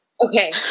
Okay